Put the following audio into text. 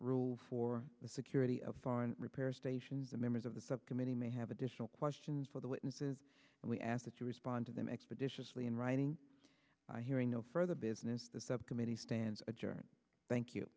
rule for the security of foreign repair stations the members of the subcommittee may have additional questions for the witnesses and we ask that you respond to them expeditiously in writing and hearing no further business the subcommittee stands adjourned thank you